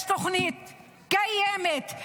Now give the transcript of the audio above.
יש תוכנית קיימת,